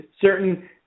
certain